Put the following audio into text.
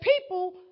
people